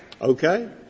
Okay